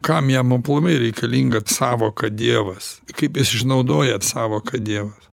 kam jam aplamai reikalinga sąvoka dievas kaip jis išnaudoja sąvoką dievas